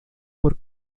por